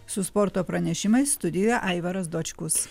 su sporto pranešimais studijoje aivaras dočkus